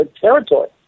territory